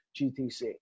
GTC